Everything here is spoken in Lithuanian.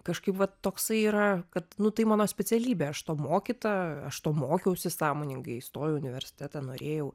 kažkaip va toksai yra kad nu tai mano specialybė aš to mokyta aš to mokiausi sąmoningai įstojau į universitetą norėjau